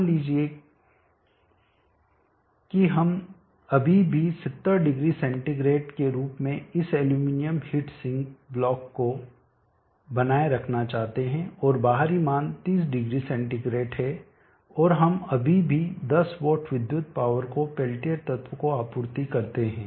मान लीजिए कि हम अभी भी 700 सेंटीग्रेड के रूप में इस एल्यूमीनियम हीट सिंक ब्लॉक को बनाए रखना चाहते हैं और बाहरी मान 300 सेंटीग्रेड है और हम अभी भी 10 वाट विद्युत पावर को पेल्टियर तत्व को आपूर्ति करते हैं